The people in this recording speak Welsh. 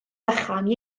vychan